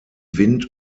wind